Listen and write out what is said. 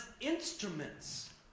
instruments